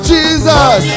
Jesus